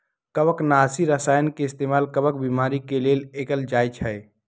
कवकनाशी रसायन के इस्तेमाल कवक बीमारी के लेल कएल जाई छई